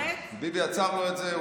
ביבי עצר לו את זה.